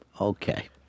okay